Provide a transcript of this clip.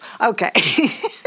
Okay